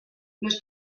los